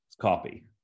copy